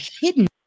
hidden